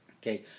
Okay